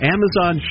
Amazon